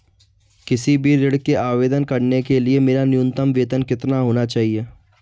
किसी भी ऋण के आवेदन करने के लिए मेरा न्यूनतम वेतन कितना होना चाहिए?